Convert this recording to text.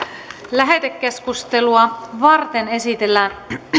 lähetekeskustelua varten esitellään